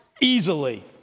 easily